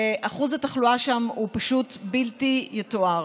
ואחוז התחלואה שם בלתי יתואר.